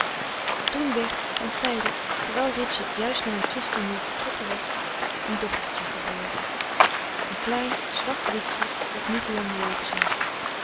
toen werd ontijdig terwijl ritsert juist na een twist tooneel vertrokken was een dochtertje geboren een klein zwak wichtje dat niet lang leven zou